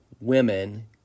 women